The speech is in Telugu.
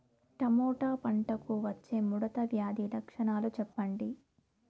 టమోటా పంటకు వచ్చే ముడత వ్యాధి లక్షణాలు చెప్పండి?